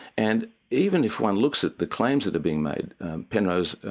and even if one looks at the claims that are being made penrose,